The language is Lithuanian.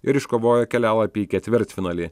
ir iškovojo kelialapį į ketvirtfinalį